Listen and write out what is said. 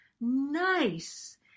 nice